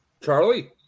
Charlie